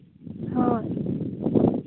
ᱦᱳᱭ